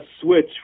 switch